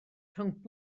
rhwng